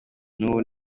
n’ubu